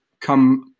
come